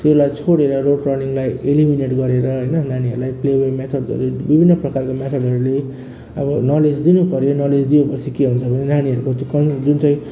त्यसलाई छोडेर रोट लर्निङलाई एलिमिनेट गरेर होइन नानीहरूलाई प्ले वे मेथड्सहरू विभिन्न प्रकारको मेथडहरूले अब नलेज दिनु पऱ्यो नलेज दियो पछि के हुन्छ भने नानीहरूको त्यो केही जुन चाहिँ